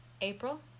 april